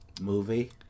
movie